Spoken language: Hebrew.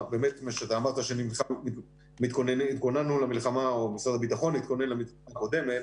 אמרת שהתכוננו למלחמה או משרד הביטחון התכונן למלחמה הקודמת,